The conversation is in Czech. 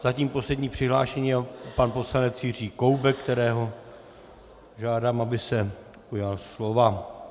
Zatím poslední přihlášený je pan poslanec Jiří Koubek, kterého žádám, aby se ujal slova.